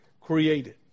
created